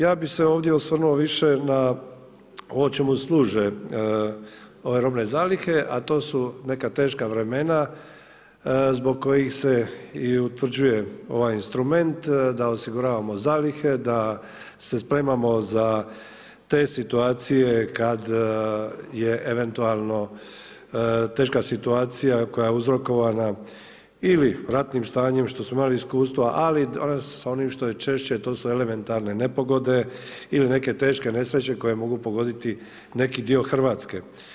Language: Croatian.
Ja bih se ovdje osvrnuo više na ono čemu služe ove robne zalihe a to su neka teška vremena zbog kojih se i utvrđuje ovaj instrument da osiguravamo zalihe, da se spremamo za te situacije kad je eventualno teška situacija koja je uzrokovana ili ratnim stanjem što smo imali iskustvo, ali sa onim što je češće to su elementarne nepogode ili neke teške nesreće koje mogu pogoditi neki dio Hrvatske.